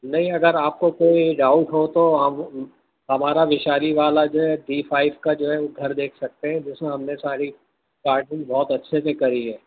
نہیں اگر آپ کو کوئی ڈاؤٹ ہو تو ہم ہمارا ویشالی والا جو ہے ڈی فائیو کا جو ہے وہ گھر دیکھ سکتے ہیں جس میں ہم نے ساری بہت اچھے سے کری ہے